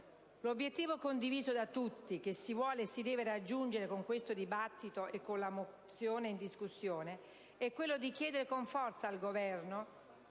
L'obiettivo, condiviso da tutti, che si vuole e si deve raggiungere con questo dibattito e con la mozione in discussione è quello di chiedere con forza al Governo